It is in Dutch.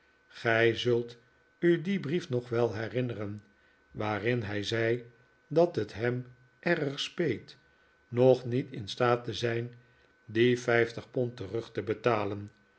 gij zult u dien brief nog wel herinneren waarin hij zei dat het hem erg speet nog niet in staat te zijn die vijftig pond terug te betalen